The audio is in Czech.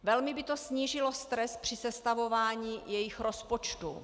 Velmi by to snížilo stres při sestavování jejich rozpočtu.